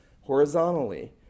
horizontally